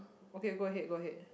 okay go ahead go ahead